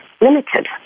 limited